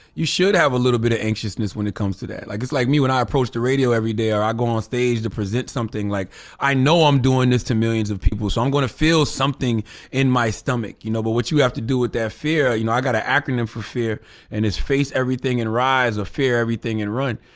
you should have a little bit of anxiousness when it comes to that. like it's like me when i approach the radio every day or i go onstage to present something like i know i'm doing this to millions of people so i'm gonna feel something in my stomach, you know but what you have to do with that fear, you know i got an acronym for fear and it's face everything and rise or fear everything and run.